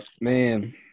man